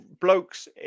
blokes